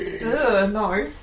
no